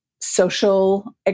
social